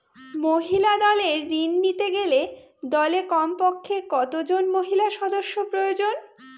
মহিলা দলের ঋণ নিতে গেলে দলে কমপক্ষে কত জন মহিলা সদস্য প্রয়োজন?